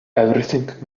everything